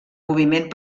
moviment